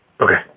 Okay